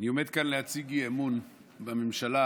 להציג אי-אמון בממשלה